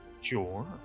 Sure